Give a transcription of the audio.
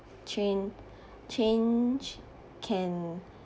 change change can